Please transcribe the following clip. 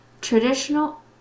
traditional